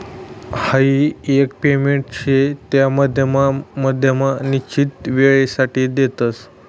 हाई एक पेमेंट शे त्या मधमा मधमा निश्चित वेळसाठे देतस